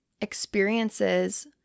experiences